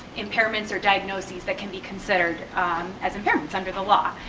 impairments or diagnoses that can be considered as impairments under the law.